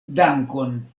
dankon